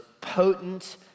potent